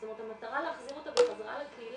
זאת אומרת המטרה להחזיר אותה בחזרה לקהילה,